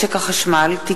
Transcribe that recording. הצעת חוק משק החשמל (תיקון,